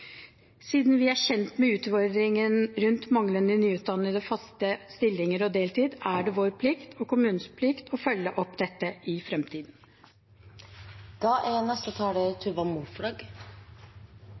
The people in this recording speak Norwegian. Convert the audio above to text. Siden vi er kjent med utfordringene rundt manglende nyutdannede, faste stillinger og deltid, er det vår plikt og kommunenes plikt å følge opp dette i